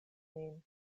nin